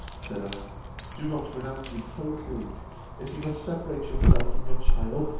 said i do not renounce me totally if you must separate yourself from your child,